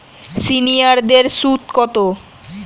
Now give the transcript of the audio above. সিনিয়ারদের সুদ কত?